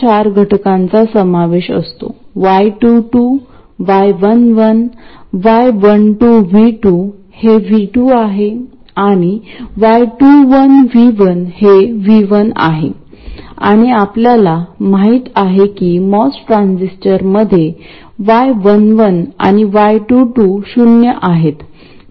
आता drain feedback बायसमध्ये अशी अरेंजमेंट आहे इच्छित ड्रेन करंट I0 त्या मार्गाने जोडलेला आहे आणि ड्रेन व्होल्टेज परत गेटला दिले जाते आपण याला MOS ट्रान्झिस्टर M1 म्हणूया आणि हा VDD आहे ज्याचा अर्थ असा आहे की सप्लाय व्होल्टेज VDD या वरच्या रेल् आणि ग्राउंड दरम्यान जोडलेला आहे